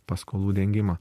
paskolų dengimą